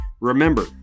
Remember